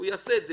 הוא יעשה את זה.